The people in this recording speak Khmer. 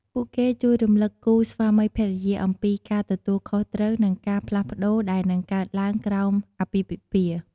ពួកគេជួយរំលឹកគូស្វាមីភរិយាអំពីការទទួលខុសត្រូវ និងការផ្លាស់ប្តូរដែលនឹងកើតឡើងក្រោមអាពាហ៍ពិពាហ៍។